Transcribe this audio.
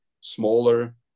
smaller